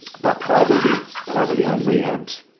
but privately-owned privately-owned rehabs,